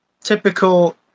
typical